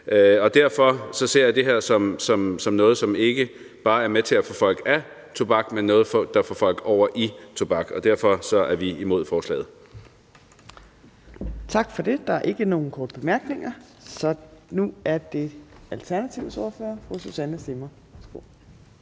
Derfor ser jeg det her som noget, der ikke bare er med til at få folk væk fra tobakken, men noget, som får folk over til tobakken, og derfor er vi imod forslaget. Kl. 15:47 Fjerde næstformand (Trine Torp): Tak for det. Der er ikke nogen korte bemærkninger. Så nu er det Alternativets ordfører, fru Susanne Zimmer.